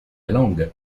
langue